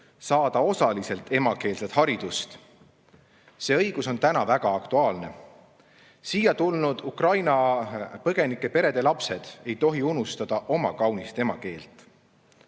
saada osaliselt emakeelset haridust. See õigus on täna väga aktuaalne. Siia tulnud Ukraina põgenike perede lapsed ei tohi unustada oma kaunist emakeelt.